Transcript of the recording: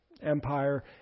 Empire